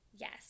Yes